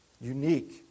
Unique